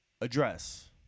address